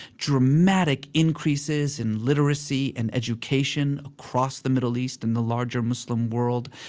dramatic increases in literacy and education across the middle east and the larger muslim world.